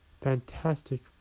fantastic